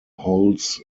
holds